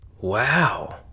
Wow